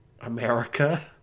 America